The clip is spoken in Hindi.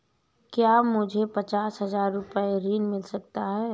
क्या मुझे पचास हजार रूपए ऋण मिल सकता है?